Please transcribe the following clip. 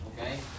okay